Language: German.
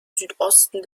südosten